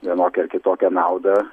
vienokią ar kitokią naudą